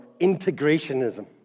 integrationism